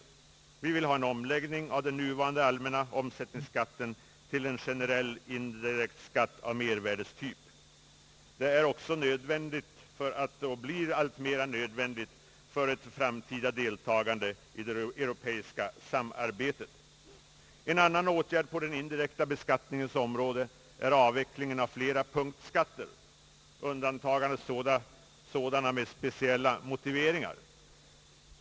Vi vill därför ha en omläggning av den nuvarande allmänna omsättningsskatten till en generell indirekt skatt av mervärdestyp. Detta är också nödvändigt för ett framtida deltagande i det europeiska samarbetet. En annan åtgärd på den indirekta beskattningens område är avvecklingen av flera punktskatter, undantagandes sådana med speciella motiveringar.